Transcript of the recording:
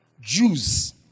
Jews